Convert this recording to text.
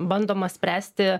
bandoma spręsti